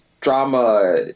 drama